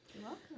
Welcome